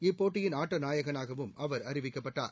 இப்போட்டியின் ஆட்டநாயகனாகவும் அவர் அறிவிக்கப்பட்டார்